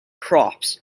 props